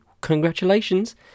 congratulations